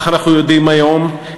כך אנחנו יודעים היום,